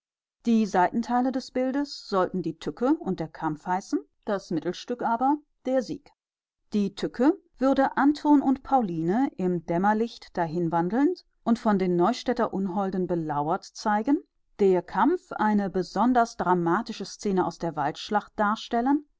die seitenteile des bildes sollten die tücke und der kampf heißen das mittelstück aber der sieg die tücke würde anton und pauline im dämmerlicht dahinwandelnd und von den neustädter unholden belauert zeigen der kampf eine besonders dramatische szene aus der waldschlacht darstellen